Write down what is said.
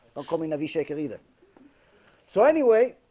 i'm call me navi shake it either so anyway,